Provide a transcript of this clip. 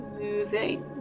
moving